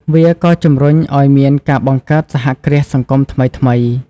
វាក៏ជំរុញឱ្យមានការបង្កើតសហគ្រាសសង្គមថ្មីៗ។